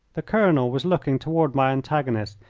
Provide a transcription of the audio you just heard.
the colonel was looking toward my antagonist,